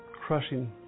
crushing